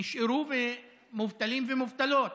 נשארו מובטלים ומובטלות